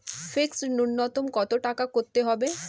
Fixed নুন্যতম কত টাকা করতে হবে?